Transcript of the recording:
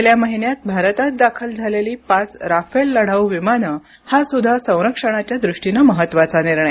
गेल्या महिन्यात भारतात दाखल झालेली पाच राफेल लढाऊ विमानं हा सुद्धा संरक्षणाच्या दृष्टीनं महत्त्वाचा निर्णय